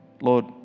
Lord